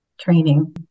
training